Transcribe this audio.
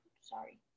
Sorry